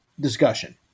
discussion